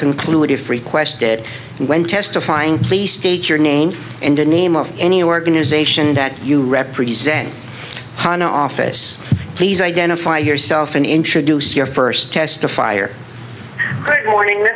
conclude if requested when testifying please state your name and the name of any organization that you represent hon office please identify yourself and introduce your first testifier great morning